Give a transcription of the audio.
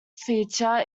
feature